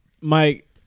mike